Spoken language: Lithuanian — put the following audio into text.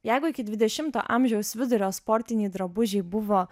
jeigu iki dvidešimo amžiaus vidurio sportiniai drabužiai buvo